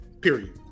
period